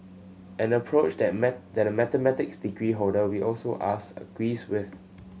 an approach that a that a mathematics degree holder we also asked agrees with